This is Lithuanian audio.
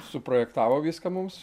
suprojektavo viską mums